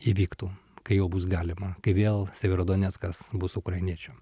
įvyktų kai jau bus galima kai vėl sibiro doneckas bus ukrainiečių